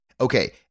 okay